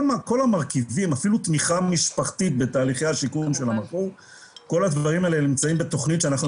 היה שתהיה נציגות של מחלקת ייעוץ וחקיקה שאמונה